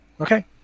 Okay